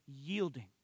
yielding